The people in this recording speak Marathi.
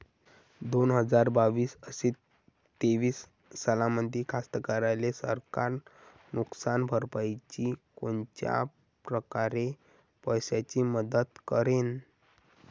दोन हजार बावीस अस तेवीस सालामंदी कास्तकाराइले सरकार नुकसान भरपाईची कोनच्या परकारे पैशाची मदत करेन?